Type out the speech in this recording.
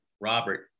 Robert